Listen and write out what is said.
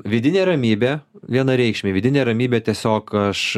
vidinė ramybė vienareikšmiai vidinė ramybė tiesiog aš